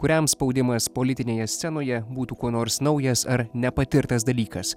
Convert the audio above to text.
kuriam spaudimas politinėje scenoje būtų kuo nors naujas ar nepatirtas dalykas